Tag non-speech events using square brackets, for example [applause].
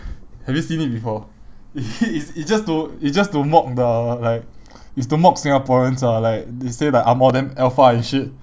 have you seen it before it [laughs] it's just to it's just to mock the like it's to mock singaporeans ah like they say like angmoh damn alpha and shit